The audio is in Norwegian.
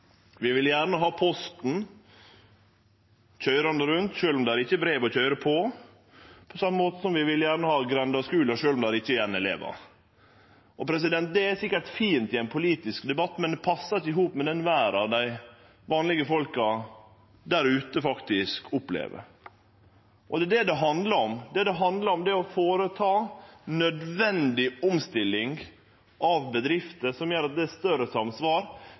Vi vil gjerne ha Posten køyrande rundt, sjølv om det ikkje er brev å køyre ut, på same måten som vi gjerne vil ha grendeskuler, sjølv om det ikkje er elevar igjen. Det er sikkert fint i ein politisk debatt, men det passar ikkje i hop med den verda vanlege folk der ute faktisk lever i. Og det er det det handlar om: Det handlar om å gjere nødvendig omstilling av bedrifter, som gjer at det er større samsvar